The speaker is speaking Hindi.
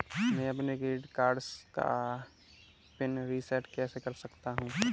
मैं अपने क्रेडिट कार्ड का पिन रिसेट कैसे कर सकता हूँ?